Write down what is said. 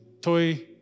toy